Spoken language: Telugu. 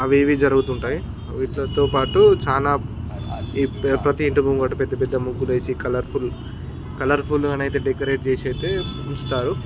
అవి ఇవి జరుగుతుంటాయి వీటితో పాటు చాలా ప్రతి ఇంటి ముంగట పెద్ద పెద్ద ముగ్గులు వేసి కలర్ఫుల్ కలర్ఫుల్ గానైతే డెకరేట్ చేసి అయితే వుంచుతారు